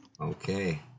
Okay